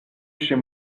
chez